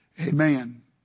Amen